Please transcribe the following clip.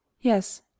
Yes